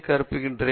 பேராசிரியர் வி